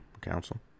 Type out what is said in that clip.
Council